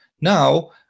now